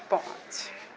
पाँच